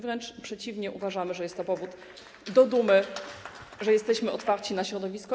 Wręcz przeciwnie, uważamy, że jest to powód do dumy, że jesteśmy otwarci na środowisko.